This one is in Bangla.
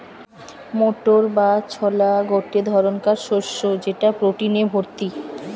মোটর বা ছোলা গটে ধরণকার শস্য যেটা প্রটিনে ভর্তি